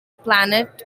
planet